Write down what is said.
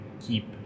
keep